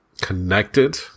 connected